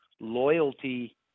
loyalty